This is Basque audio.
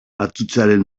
atutxaren